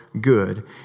good